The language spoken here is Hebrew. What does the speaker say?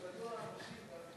השתנו האנשים גם כן.